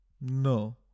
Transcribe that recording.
No